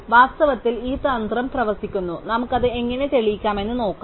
അതിനാൽ വാസ്തവത്തിൽ ഈ തന്ത്രം പ്രവർത്തിക്കുന്നു നമുക്ക് അത് എങ്ങനെ തെളിയിക്കാമെന്ന് നോക്കാം